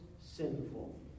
sinful